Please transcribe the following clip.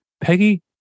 Peggy